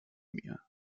mir